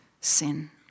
sin